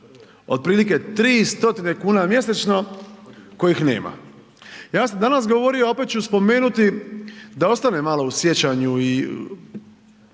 tri stotine kuna mjesečno kojih nema. Ja sam danas govorio, a opet ću spomenuti da ostane malo u sjećanju i